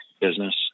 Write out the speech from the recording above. business